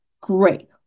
great